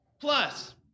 Plus